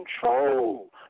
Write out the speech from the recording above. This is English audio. control